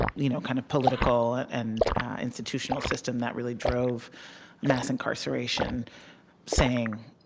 you know kind of political and institutional system that really drove mass incarceration saying,